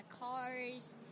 cars